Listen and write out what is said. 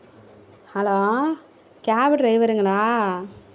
hello cab ட்ரைவருங்களா